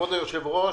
כבוד היושב-ראש,